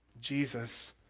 Jesus